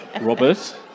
Robert